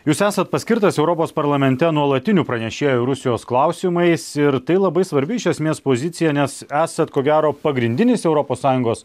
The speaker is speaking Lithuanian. jūs esat paskirtas europos parlamente nuolatiniu pranešėju rusijos klausimais ir tai labai svarbi iš esmės pozicija nes esat ko gero pagrindinis europos sąjungos